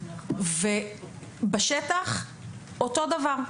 ובשטח אותו דבר.